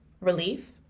relief